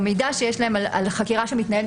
המידע אצלכם בכספת,